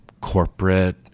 corporate